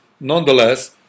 nonetheless